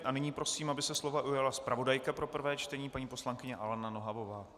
A nyní prosím, aby se slova ujala zpravodajka pro prvé čtení paní poslankyně Alena Nohavová.